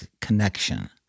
connection